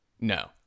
no